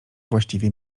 właściwie